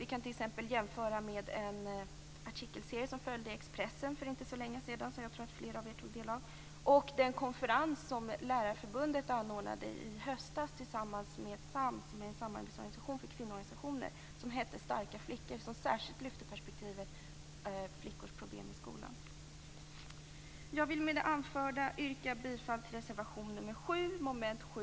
Vi kan t.ex. nämna den artikelserie som var i Expressen för inte så länge sedan, och som jag tror att flera av er tog del av, och den konferens som Lärarförbundet anordnade i höstas tillsammans med SAMS, en samarbetsorganisation för kvinnoorganisationer, som hette Starka flickor och som särskilt lyfte perspektivet flickors problem i skolan. Med det anförda yrkar jag bifall till reservation 7